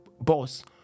boss